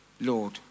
Lord